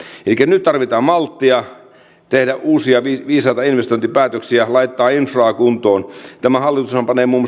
elikkä nyt tarvitaan malttia tehdä uusia viisaita investointipäätöksiä laittaa infraa kuntoon tämä hallitushan panee muun